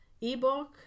ebook